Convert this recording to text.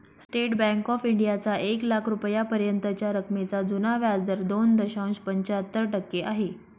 state bank of इंडियाचा एक लाख रुपयांपर्यंतच्या रकमेवरचा जुना व्याजदर दोन दशांश पंच्याहत्तर टक्के आहे